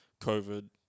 COVID